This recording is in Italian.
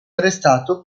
arrestato